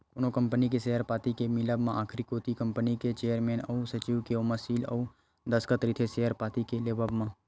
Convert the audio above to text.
कोनो कंपनी के सेयर पाती के मिलब म आखरी कोती कंपनी के चेयरमेन अउ सचिव के ओमा सील अउ दस्कत रहिथे सेयर पाती के लेवब म